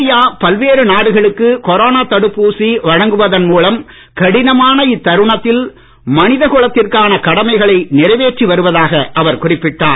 India பல்வேறு நாடுகளுக்கு corona தடுப்பூசி வழங்குவதன் மூலம் கடினமான இத்தருணத்தில் மனித குலத்திற்கான கடமைகளை நிறைவேற்றி வருவதாக அவர் குறிப்பிட்டார்